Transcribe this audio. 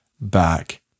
back